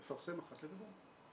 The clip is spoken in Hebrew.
לפרסם אחת לרבעון.